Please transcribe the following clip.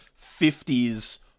50s